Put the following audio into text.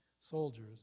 soldiers